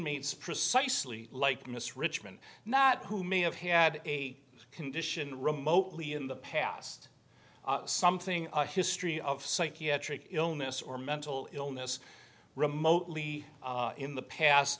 mates precisely like miss richmond not who may have had a condition remotely in the past something a history of psychiatric illness or mental illness remote lee in the past